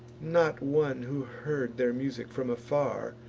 not one who heard their music from afar,